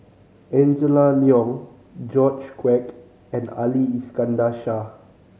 Angela Liong George Quek and Ali Iskandar Shah